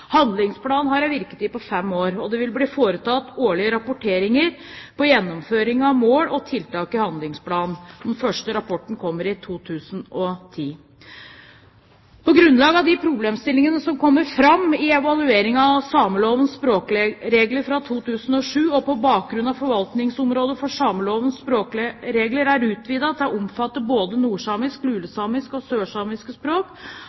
Handlingsplanen har en virketid på fem år. Det vil bli foretatt årlige rapporteringer på gjennomføringen av mål og tiltak i handlingsplanen. Den første rapporten kommer i 2010. På grunnlag av de problemstillingene som kommer fram i evalueringen av samelovens språkregler fra 2007 og på bakgrunn av at forvaltningsområdet for samelovens språkregler er utvidet til å omfatte både nordsamisk, lulesamisk og sørsamisk språk,